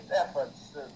efforts